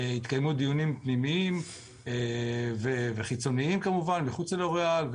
התקיימו דיונים פנימיים וחיצוניים כמובן מחוץ ללוריאל.